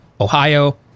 Ohio